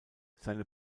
seine